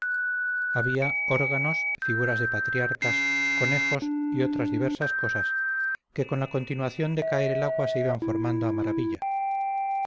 había órganos figuras de patriarcas conejos y otras diversas cosas que con la continuación de caer el agua se iban formando a maravilla